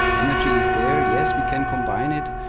energy is there, yes, we can combine it,